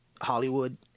Hollywood